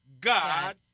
God